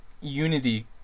Unity